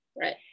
right